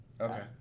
Okay